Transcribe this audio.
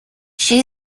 she